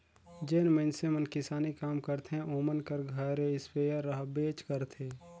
जेन मइनसे मन किसानी काम करथे ओमन कर घरे इस्पेयर रहबेच करथे